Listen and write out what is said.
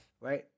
right